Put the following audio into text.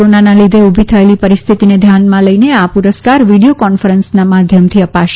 કોરોનાનાં લીધે ઉભી થયેલી પરિસ્થિતિને ધ્યાનમાં લઈને આ પુરસ્કાર વિડીયો કોન્ફરન્સનાં માધ્યમથી અપાશે